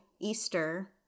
Easter